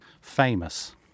famous